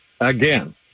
again